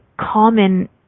common